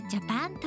Japan